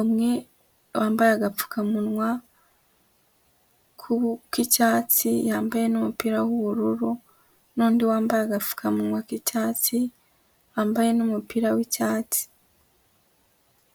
umwe yambaye agapfukamunwa k'icyatsi, yambaye n'umupira w'ubururu n'undi wambaye agapfukamunwa k'icyatsi yambaye n'umupira w'icyatsi.